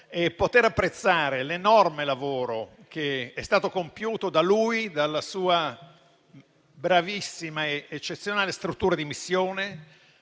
e poter apprezzare l'enorme lavoro che è stato compiuto da lui e dalla sua eccezionale struttura di missione,